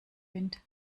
wind